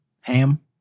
Ham